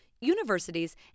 universities